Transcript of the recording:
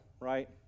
right